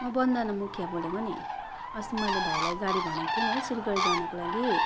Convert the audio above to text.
म बन्धना मुखिया बोलेको नि अस्ति मैले भाइलाई गाडी भनेको थिएँ नि है सिलगढी जानको लागि